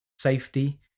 safety